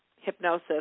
hypnosis